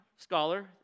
scholar